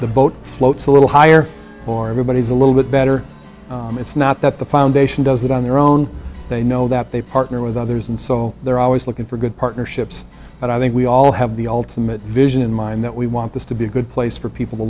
the boat floats a little higher or everybody's a little bit better it's not that the foundation does it on their own they know that they partner with others and so they're always looking for good partnerships but i think we all have the ultimate vision in mind that we want this to be a good place for people to